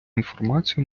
інформацію